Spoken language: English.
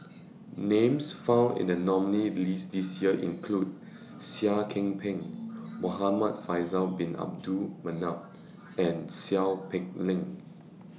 Names found in The nominees' list This Year include Seah Kian Peng Muhamad Faisal Bin Abdul Manap and Seow Peck Leng